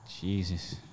Jesus